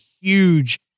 huge